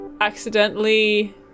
accidentally